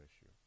issue